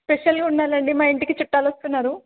స్పెషల్గా ఉండాలండి మా ఇంటికి చుట్టాలు వస్తున్నారు